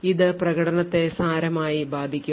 ഇത് പ്രകടനത്തെ സാരമായി ബാധിക്കും